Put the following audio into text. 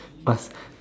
pass